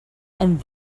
and